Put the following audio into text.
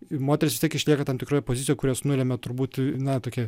ir moteris vis tiek išlieka tam tikroj pozicijoj kurias nulemia turbūt na tokia